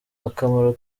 akamaro